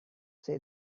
say